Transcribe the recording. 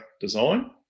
design